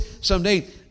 someday